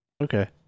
Okay